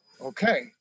Okay